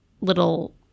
little